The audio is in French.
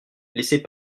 laissez